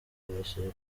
hakoreshejwe